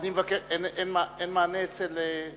אין מענה אצל,